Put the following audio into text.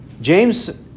James